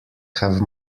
have